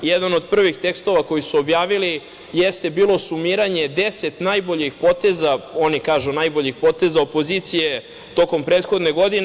Jedan od prvih tekstova koji su objavili jeste bilo sumiranje deset najboljih poteza, oni kažu najboljih poteza, opozicije tokom prethodne godine.